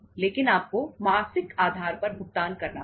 लेकिन आपको मासिक आधार पर भुगतान करना होगा